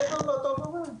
מעבר לאותו גורם.